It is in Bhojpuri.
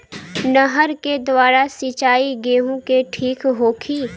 नहर के द्वारा सिंचाई गेहूँ के ठीक होखि?